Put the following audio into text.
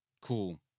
cool